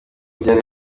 byari